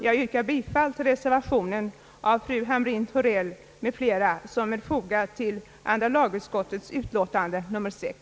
Jag yrkar bifall till den av fru Hamrin-Thorell m.fl. avgivna reservationen vid andra lagutskottets utlåtande nr 6.